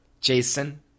Jason